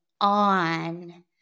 on